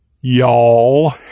y'all